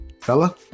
Fella